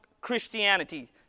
Christianity